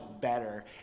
better